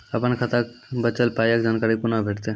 अपन खाताक बचल पायक जानकारी कूना भेटतै?